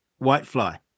Whitefly